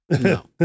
No